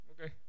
Okay